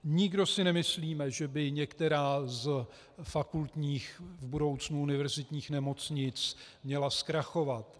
Nikdo si nemyslíme, že by některá z fakultních, v budoucnu univerzitních nemocnic, měla zkrachovat.